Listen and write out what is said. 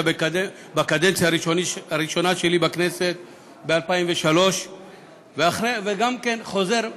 בקדנציה הראשונה שלי בכנסת ב-2003 וגם אחרי עשור,